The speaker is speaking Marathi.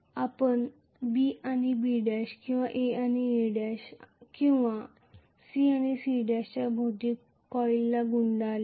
आपण B आणि B'किंवा A आणि A' किंवा C आणि C'च्या भोवती कॉइल गुंडाळले आहे